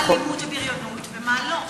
מה אלימות ובריונות ומה לא.